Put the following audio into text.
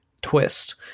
twist